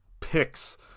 picks